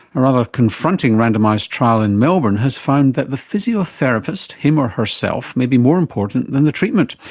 a rather confronting randomised trial in melbourne has found that the physiotherapist him or herself may be more important than the treatment.